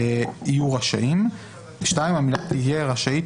יהיו רשאים"; (2)המילים "תהיה רשאית"